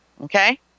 Okay